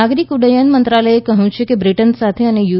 નાગરિક ઉડ્ડયન મંત્રાલયે કહ્યું કે બ્રિટન સાથે અને યુ